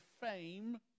fame